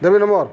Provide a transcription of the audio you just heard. ଦେବି ନମ୍ବର